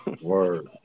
Word